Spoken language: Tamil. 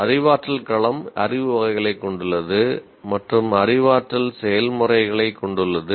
அறிவாற்றல் களம் அறிவு வகைகளைக் கொண்டுள்ளது மற்றும் அறிவாற்றல் செயல்முறைகளைக் கொண்டுள்ளது